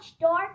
dark